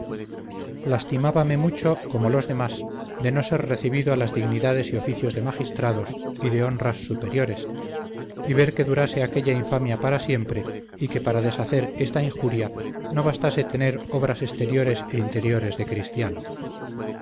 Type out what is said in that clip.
españa lastimabame mucho como los demás de no ser recibido a las dignidades y oficios de magistrados y de honras superiores y ver que durase aquella infamia para siempre y que para deshacer esta injuria no bastase tener obras exteriores e interiores de cristiano